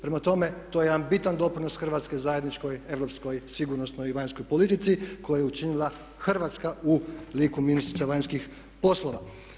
Prema tome, to je jedan bitan doprinos Hrvatske zajedničkoj europskoj sigurnosnoj i vanjskoj politici koju je učinila Hrvatska u liku ministrice vanjskih poslova.